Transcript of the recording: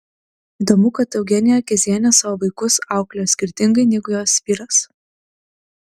įdomu kad eugenija kezienė savo vaikus auklėjo skirtingai negu jos vyras